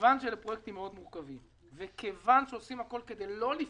מכיוון שאלה פרויקטים מורכבים מאוד ומכיוון שעושים הכול כדי לא לפגוע,